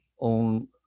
own